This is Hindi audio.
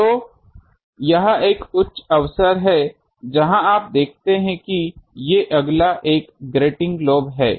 तो यह एक उच्च अवसर है जहाँ आप देखते हैं कि ये अगला एक ग्रेटिंग लोब है